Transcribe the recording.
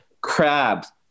crabs